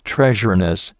Treasureness